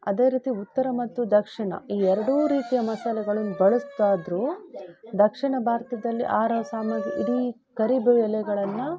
ಅದೇ ರೀತಿ ಉತ್ತರ ಮತ್ತು ದಕ್ಷಿಣ ಈ ಎರಡೂ ರೀತಿಯ ಮಸಾಲೆಗಳನ್ನ ಬಳಸ್ತಿದ್ರು ದಕ್ಷಿಣ ಭಾರತದಲ್ಲಿ ಆರ ಸಾಮಗ್ರಿ ಇಡೀ ಕರಿಬೇವು ಎಲೆಗಳನ್ನು